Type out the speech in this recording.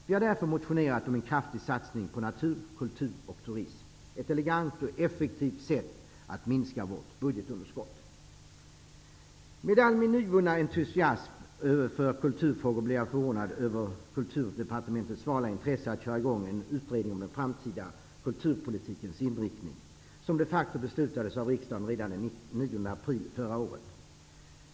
Vi har därför motionerat om en kraftig satsning på natur, kultur och turism. Ett elegant och effektivt sätt att minska vårt budgetunderskott. Med all min nyvunna entusiasm över kulturfrågor blir jag förvånad över Kulturdepartementets svala intresse för att köra i gång en utredning om den framtida kulturpolitikens inriktning, som de facto beslutades av riksdagen redan den 9 april förra året.